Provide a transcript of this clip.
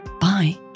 Bye